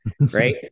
right